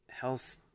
Health